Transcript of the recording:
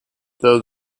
though